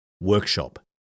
workshop